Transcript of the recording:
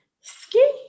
ski